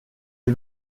des